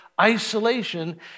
isolation